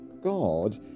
God